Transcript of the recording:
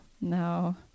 No